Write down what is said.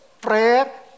prayer